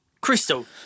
crystal